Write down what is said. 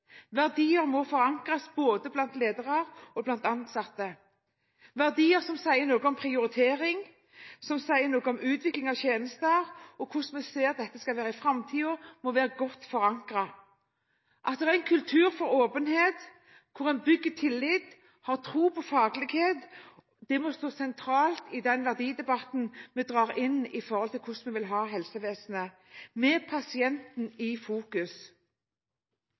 Verdier må forankres både blant ledere og blant ansatte. Verdier som sier noe om prioritering, som sier noe om utvikling av tjenester og om hvordan dette skal være i framtiden, må være godt forankret. At det er en kultur for åpenhet hvor man bygger tillit og har tro på faglighet, må stå sentralt i den verdidebatten vi drar inn med tanke på hvordan vi vil ha helsevesenet, med pasienten i fokus.